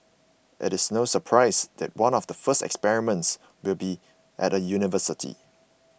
it is no surprise that one of the first experiments will be at a university